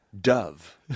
Dove